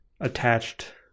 attached